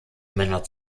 männer